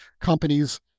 companies